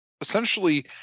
essentially –